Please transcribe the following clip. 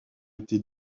été